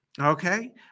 Okay